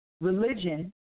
religion